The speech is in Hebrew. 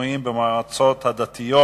המינויים במועצות הדתיות,